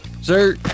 Sir